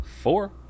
four